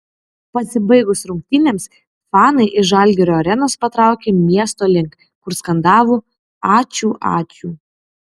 pasibaigus rungtynėms fanai iš žalgirio arenos patraukė miesto link kur skandavo ačiū ačiū